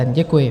Děkuji.